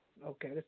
Okay